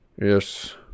Yes